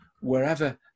wherever